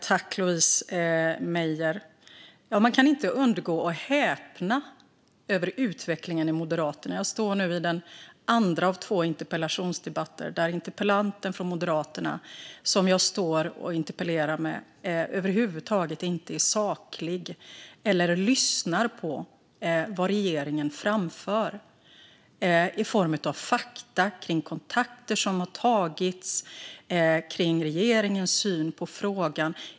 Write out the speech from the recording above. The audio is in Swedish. Fru talman! Louise Meijer! Man kan inte annat än häpna över utvecklingen i Moderaterna. Jag står nu i den andra av två interpellationsdebatter där interpellanten från Moderaterna över huvud taget inte är saklig eller lyssnar på vad regeringen framför i form av fakta om kontakter som har tagits och om regeringens syn på frågan.